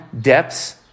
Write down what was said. depths